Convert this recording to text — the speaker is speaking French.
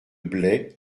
blais